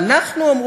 ואנחנו,